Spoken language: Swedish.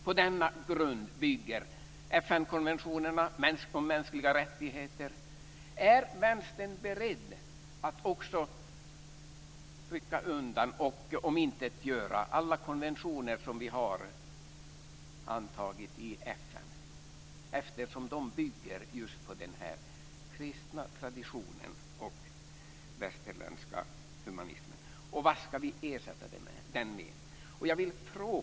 På denna grund bygger FN-konventionerna om mänskliga rättigheter. Är Vänstern beredd att också rycka undan och omintetgöra alla konventioner som vi har antagit i FN eftersom de bygger på just den kristna traditionen och den västerländska humanismen? Vad ska vi ersätta dem med?